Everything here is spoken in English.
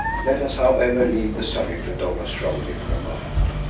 let us, however, leave the subject of douglas romilly for a moment.